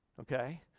okay